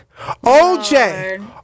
OJ